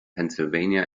pennsylvania